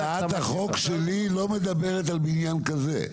הצעת החוק שלי לא מדברת על בניין כזה.